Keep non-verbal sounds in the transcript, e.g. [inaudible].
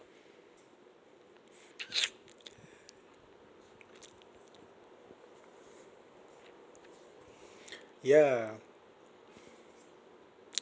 [noise] yeah